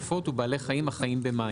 עופות ובעלי חיים החיים במים".